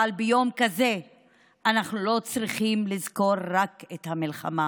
אבל ביום כזה אנחנו לא צריכים לזכור רק את המלחמה